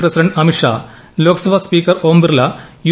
president Amit Shah Lok Sabha speaker Om Birla U